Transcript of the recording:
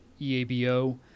EABO